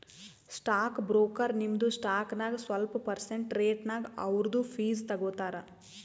stock broker ನಿಮ್ದು stock ನಾಗ್ ಸ್ವಲ್ಪ ಪರ್ಸೆಂಟ್ ರೇಟ್ನಾಗ್ ಅವ್ರದು ಫೀಸ್ ತಗೋತಾರ